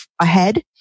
ahead